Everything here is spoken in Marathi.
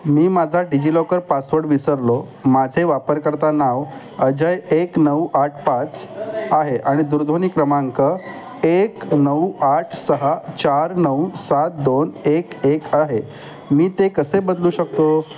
मी माझा डिजि लॉकर पासवड विसरलो माझे वापरकर्ता नाव अजय एक नऊ आठ पाच आहे आणि दूरध्वनी क्रमांक एक नऊ आठ सहा चार नऊ सात दोन एक एक आहे मी ते कसे बदलू शकतो